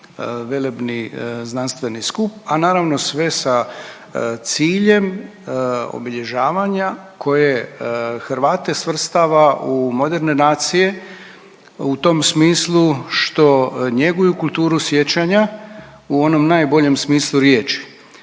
velebni znanstveni skup, a naravno sve sa ciljem obilježavanja koje Hrvate svrstava u moderne nacije u tom smislu što njeguju kulturu sjećanja u onom najboljem smislu riječi.